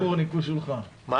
אני